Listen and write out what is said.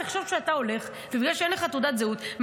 תחשוב שאתה הולך ובגלל שאין לך תעודת זהות,